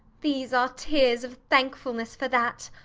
these are tears of thankfulness for that!